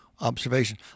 observation